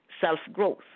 self-growth